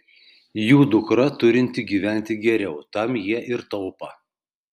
jų dukra turinti gyventi geriau tam jie ir taupą